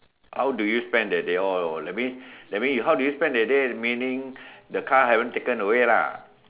how do you spend that day oh oh that means that means how do you spend that day meaning the car haven't taken away lah